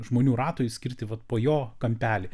žmonių ratui skirti vat po jo kampelį